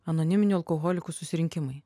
anoniminių alkoholikų susirinkimai